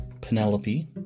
penelope